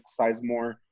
Sizemore